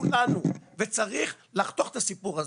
כולנו וצריך לחתוך את הסיפור הזה.